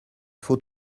faut